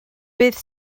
beth